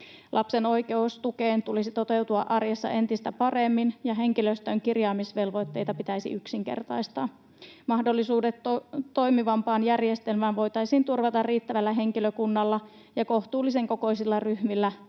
Lapsen oikeuden tukeen tulisi toteutua arjessa entistä paremmin ja henkilöstön kirjaamisvelvoitteita pitäisi yksinkertaistaa. Mahdollisuudet toimivampaan järjestelmään voitaisiin turvata riittävällä henkilökunnalla ja kohtuullisen kokoisilla ryhmillä,